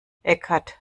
eckhart